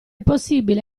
possibile